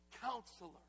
Counselor